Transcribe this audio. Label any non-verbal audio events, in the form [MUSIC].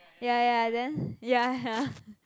ya ya then [BREATH] ya ya